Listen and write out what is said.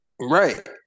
right